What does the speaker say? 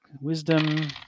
Wisdom